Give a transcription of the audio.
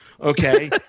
Okay